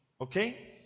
okay